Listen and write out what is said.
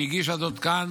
שהגישה כאן